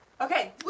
Okay